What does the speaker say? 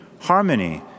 harmony